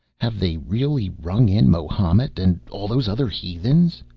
have they really rung in mahomet and all those other heathens?